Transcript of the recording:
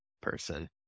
person